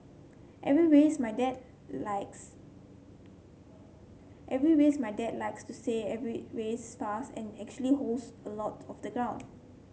every race my dad likes every race my dad likes to say every race fast and actually holds a lot of the ground